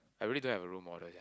I really don't have a role model